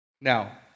Now